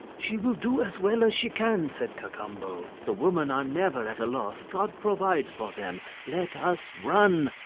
she will do as well as she can, said cacambo the women are never at a loss, god provides for them, let us run.